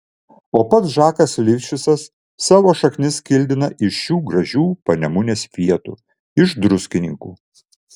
o pats žakas lifšicas savo šaknis kildina iš šių gražių panemunės vietų iš druskininkų